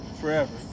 forever